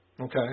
Okay